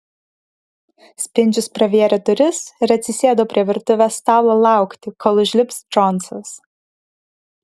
spindžius pravėrė duris ir atsisėdo prie virtuvės stalo laukti kol užlips džonsas